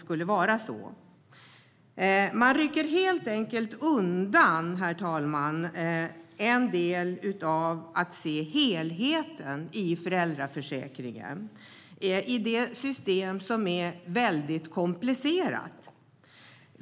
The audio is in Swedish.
Regeringen rycker helt enkelt undan en del av helheten i föräldraförsäkringen som är ett väldigt komplicerat system.